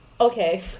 okay